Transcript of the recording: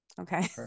Okay